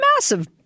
massive